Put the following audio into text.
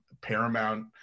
paramount